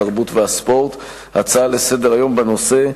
התרבות והספורט הצעה לסדר-היום בנושא: